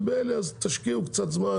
לכן תשקיעו קצת זמן.